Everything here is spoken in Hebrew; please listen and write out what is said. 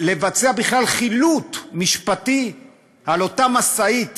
לבצע בכלל חילוט משפטי של אותה משאית